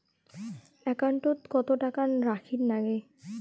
একাউন্টত কত টাকা রাখীর নাগে?